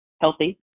healthy